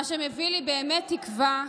מה שמביא לי באמת תקווה,